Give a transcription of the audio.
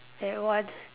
that one